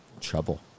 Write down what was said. Trouble